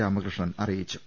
രാമകൃഷ്ണൻ അറിയിച്ചു